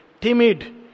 timid